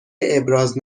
ابراز